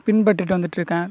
பின்பற்றிகிட்டு வந்துட்டுருக்கேன்